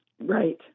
Right